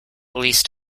least